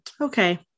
okay